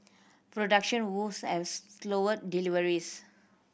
production woes has slowed deliveries